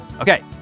Okay